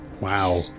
Wow